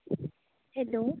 hello